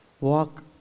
walk